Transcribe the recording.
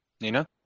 Nina